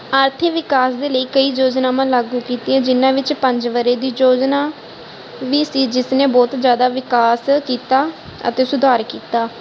ਆਰਥਿਕ ਵਿਕਾਸ ਦੇ ਲਈ ਕਈ ਯੋਜਨਾਵਾਂ ਲਾਗੂ ਕੀਤੀਆਂ ਜਿਹਨਾਂ ਵਿੱਚ ਪੰਜ ਵਰੇ ਦੀ ਯੋਜਨਾ ਵੀ ਸੀ ਜਿਸ ਨੇ ਬਹੁਤ ਜਿਆਦਾ ਵਿਕਾਸ ਕੀਤਾ ਅਤੇ ਸੁਧਾਰ ਕੀਤਾ